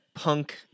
punk